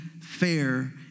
fair